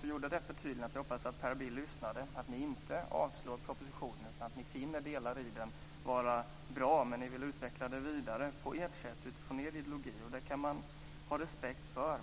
han gjorde det förtydligandet. Jag hoppas att också Per Bill lyssnade. Ni avstyrker inte propositionen, utan ni finner att delar i den är bra, men ni vill utveckla det vidare på ert sätt och utifrån er ideologi. Det kan man ha respekt för.